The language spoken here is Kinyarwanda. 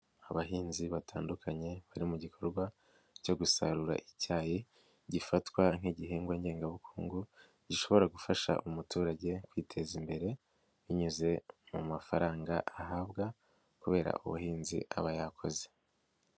Abahinzi batandukanye bari mu gikorwa cyo gusarura icyayi, gifatwa nk'igihingwa ngengabukungu, gishobora gufasha umuturage kwiteza imbere, binyuze mu mafaranga ahabwa kubera ubuhinzi aba yakoze.